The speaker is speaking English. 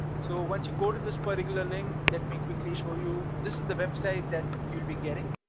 so once you go to this particular link let me quickly show you. this is the website that you'll be getting,